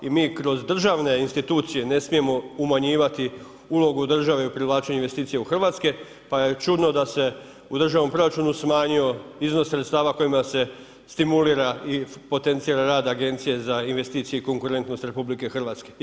I mi kroz državne institucije ne smijemo umanjivati ulogu države u privlačenju investicije u Hrvatske, pa je čudno da se u državnom proračunu smanjio iznos sredstava kojima se stimulira i potencira rad Agencije za investicije i konkurentnost Republike Hrvatske.